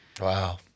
Wow